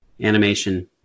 animation